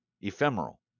ephemeral